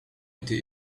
était